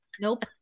nope